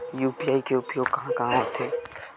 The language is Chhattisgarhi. यू.पी.आई के उपयोग कहां कहा होथे?